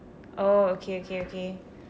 oh okay okay okay